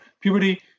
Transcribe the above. Puberty